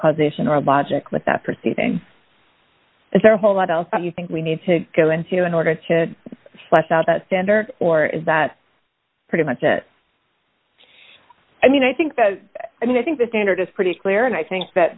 causation or logic with that proceeding is there a whole lot else you think we need to go into in order to flesh out that standard or is that pretty much it i mean i think that i mean i think the standard is pretty clear and i think that